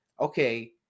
okay